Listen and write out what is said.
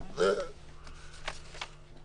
הנהלת בתי המשפט גם עשו שם סיורים.